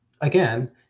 Again